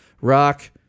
rock